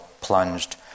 plunged